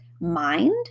mind